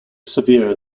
severe